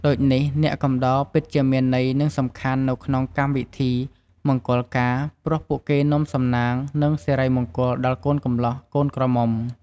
ដូចនេះ អ្នកកំដរពិតជាមានន័យនិងសំខាន់នៅក្នុងកម្មវិធីមង្គលការ ព្រោះពួកគេនាំសំណាង និងសិរីមង្គលដល់កូនកម្លោះកូនក្រមុំ។